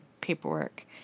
paperwork